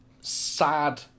sad